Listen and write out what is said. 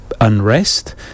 unrest